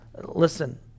listen